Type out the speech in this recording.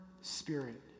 spirit